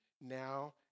now